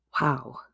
Wow